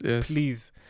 please